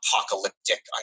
apocalyptic